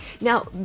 now